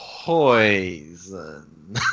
Poison